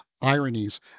ironies